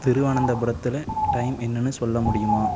திருவனந்தபுரத்தில் டைம் என்னென்னு சொல்ல முடியுமா